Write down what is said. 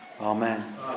Amen